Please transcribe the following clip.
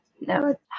no